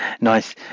Nice